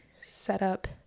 setup